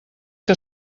que